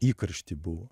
įkaršty buvo